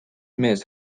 mees